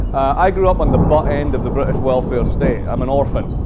i grew up on the butt end of the british welfare state. i'm an orphan,